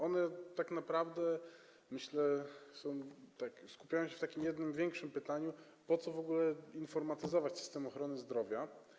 One tak naprawdę, jak myślę, zawierają się w takim jednym większym pytaniu: Po co w ogóle informatyzować system ochrony zdrowia?